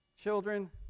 children